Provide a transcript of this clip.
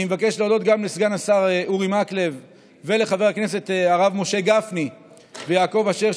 אני מבקש להודות גם לסגן השר מקלב ולחברי הכנסת הרב משה גפני ויעקב אשר,